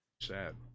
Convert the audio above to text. sad